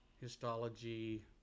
histology